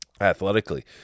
athletically